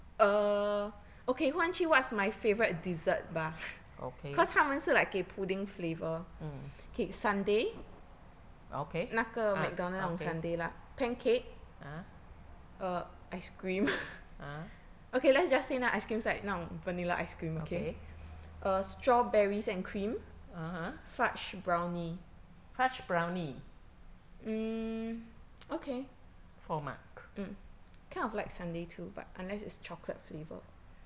okay mm ah okay ah okay (uh huh) (uh huh) okay (uh huh) fudge brownie four mark